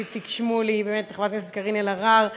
איציק שמולי וחברת הכנסת קארין אלהרר,